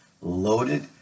loaded